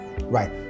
right